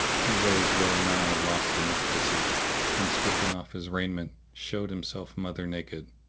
he rose, well nigh lost in ecstasy and, stripping off his raiment, showed himself mother naked.